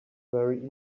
very